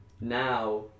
now